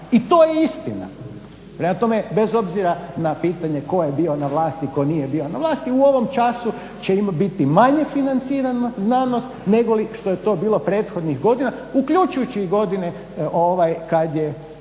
I to je istina, prema tome bez obzira na pitanje tko je bio na vlasti, tko nije bio na vlasti, u ovom času će biti manje financirana znanost nego li što je to bilo prethodnih godina, uključujući i godine kad je